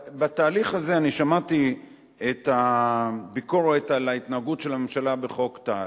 בתהליך הזה שמעתי את הביקורת על ההתנהגות של הממשלה בחוק טל.